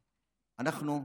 אנחנו,